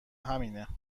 همینه